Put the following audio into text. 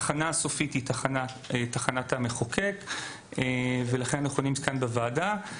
התחנה הסופית היא תחנת המחוקק ולכן אנחנו כאן בוועדה.